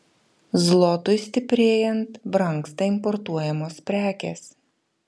zlotui stiprėjant brangsta importuojamos prekės